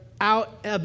out